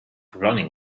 running